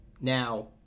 Now